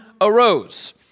arose